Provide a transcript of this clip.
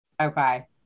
Okay